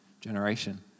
generation